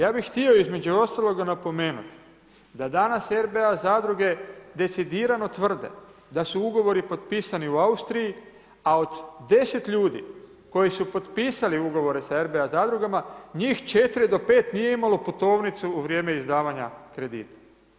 Ja bih htio između ostaloga napomenuti da danas RBA zadruge decidirano tvrde da su ugovori potpisani u Austriji, a od 10 ljudi koji su potpisali ugovore sa RBA zadrugama njih 4 do 5 nije imalo putovnicu u vrijeme izdavanja kredita.